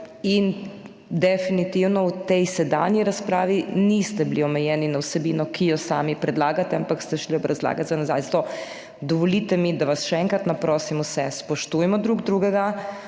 In definitivno, v tej sedanji razpravi niste bili omejeni na vsebino, ki jo sami predlagate, ampak ste šli obrazlagati za nazaj, zato dovolite mi, da vas še enkrat naprosim vse, spoštujmo drug drugega.